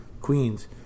Queens